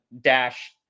dash